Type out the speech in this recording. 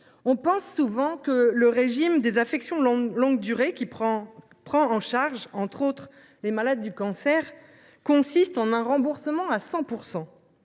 On pense souvent que le régime des ALD, qui prend en charge, entre autres, les malades d’un cancer, consiste en un remboursement à 100 %.